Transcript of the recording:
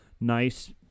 Nice